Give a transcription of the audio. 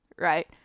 Right